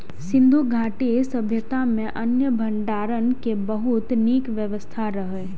सिंधु घाटी सभ्यता मे अन्न भंडारण के बहुत नीक व्यवस्था रहै